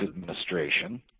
administration